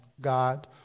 God